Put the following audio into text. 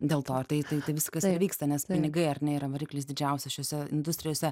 dėl to tai tai tai viskas ir vyksta nes pinigai ar ne yra variklis didžiausias šiose industrijose